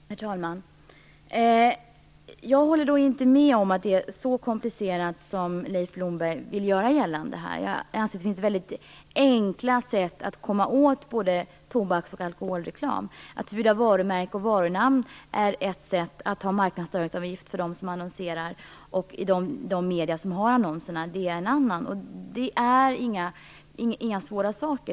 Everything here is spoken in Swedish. Herr talman! Jag håller inte med om att det är så komplicerat som Leif Blomberg vill göra gällande. Det finns enkla sätt att komma åt både tobaks och alkoholreklam. Att förbjuda varumärke och varunamn är ett sätt. Att införa en marknadsföringsavgift för dem som annonserar och de medier som tar in annonserna är ett annat. Det är inga svåra saker.